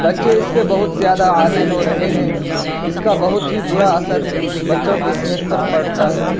بچے اس کے بہت زیادہ عادی ہو رہے ہیں اس کا بہت ہی برا اثر بچوں کی صحت پر پڑتا ہے